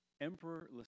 Emperor